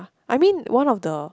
I mean one of the